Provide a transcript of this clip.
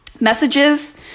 messages